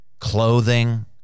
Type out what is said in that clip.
clothing